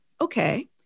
okay